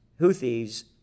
Houthis